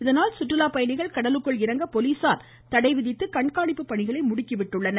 இதனால் சுற்றுலா பயணிகள் கடலுக்குள் இறங்க போலீசார் தடைவிதித்து கண்காணிப்பு பணிகளை முடுக்கிவிட்டுள்ளனர்